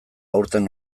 aurten